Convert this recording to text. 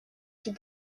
fut